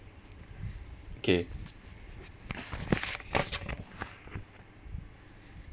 okay